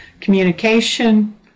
Communication